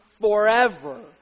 forever